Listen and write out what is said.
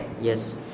Yes